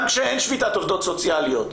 גם כשאין שביתת עובדות סוציאליות,